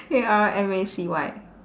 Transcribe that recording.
A R M A C Y